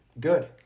Good